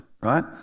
right